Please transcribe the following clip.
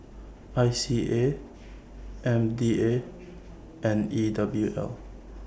I C A M D A and E W L